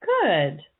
Good